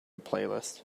playlist